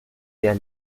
der